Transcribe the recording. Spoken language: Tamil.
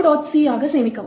c ஆக சேமிக்கவும்